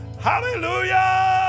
hallelujah